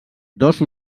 dos